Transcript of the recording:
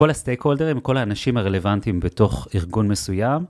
כל הסטייק הולדרים, כל האנשים הרלוונטיים בתוך ארגון מסוים.